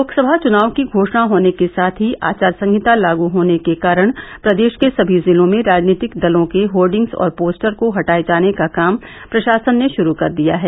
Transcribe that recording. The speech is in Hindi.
लोकसभा चुनाव की घोशणा होने के साथ ही आचार संहिता लागू होने के कारण प्रदेष के सभी जिलों में राजनीतिक दलों के होर्डिंग्स और पोस्टर को हटाये जाने का काम प्रषासन ने षुरू कर दिया है